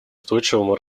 устойчивому